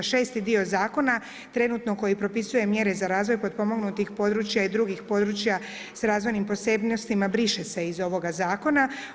Šesti dio zakona, trenutno koji propisuje mjere za razvoj potpomognutih područja i drugih područja s razvojnim posebnostima, briše se iz ovoga zakona.